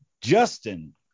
Justin